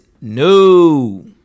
No